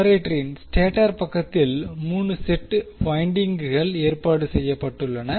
ஜெனரேட்டரின் ஸ்டேட்டர் பக்கத்தில் 3 செட் வைண்டிங்குகள் ஏற்பாடு செய்யப்பட்டுள்ளன